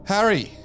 Harry